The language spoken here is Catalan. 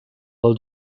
del